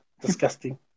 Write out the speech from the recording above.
Disgusting